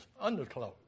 underclothes